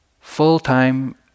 full-time